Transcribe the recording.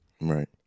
Right